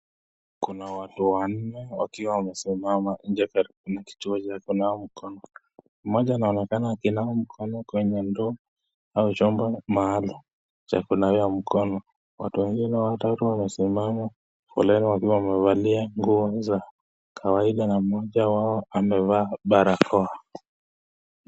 Kuna watu wanne wakiwa wamesimama nje karibu na kituo cha kunawa mikono. Mmoja anaonekana akinawa mkono kwenye ndoo au chombo maalum cha kunawia mkono. Watu wengine watatu wamesimama foleni wakiwa wamevalia nguo za kawaida na mmoja wao amevaa barakoa.